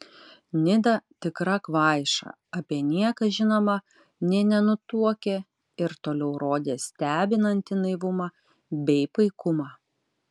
nida tikra kvaiša apie nieką žinoma nė nenutuokė ir toliau rodė stebinantį naivumą bei paikumą